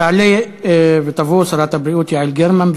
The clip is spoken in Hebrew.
תעלה ותבוא שרת הבריאות יעל גרמן.